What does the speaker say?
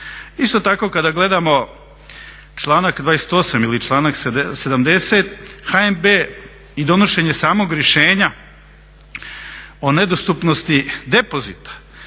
Isto tako kada gledamo članak 28. ili članak 70. HNB i donošenje samog rješenja o nedostupnosti depozita